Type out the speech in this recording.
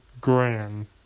grand